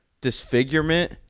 disfigurement